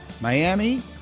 Miami